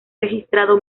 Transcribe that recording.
registrado